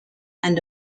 and